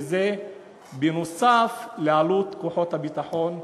וזה בנוסף לעלות של כוחות הביטחון,